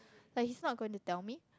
like he's not going to tell me